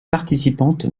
participantes